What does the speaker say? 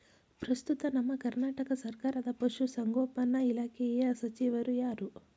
ಪ್ರಸ್ತುತ ನಮ್ಮ ಕರ್ನಾಟಕ ಸರ್ಕಾರದ ಪಶು ಸಂಗೋಪನಾ ಇಲಾಖೆಯ ಸಚಿವರು ಯಾರು?